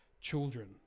children